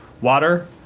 water